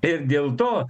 ir dėl to